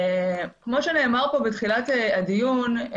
כמו שנאמר פה בתחילת הדיון,